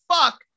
fuck